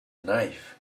knife